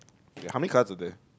how many card are there